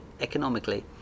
economically